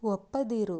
ಒಪ್ಪದಿರು